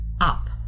up